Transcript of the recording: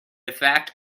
effect